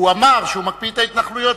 הוא אמר שהוא מקפיא את ההתנחלויות,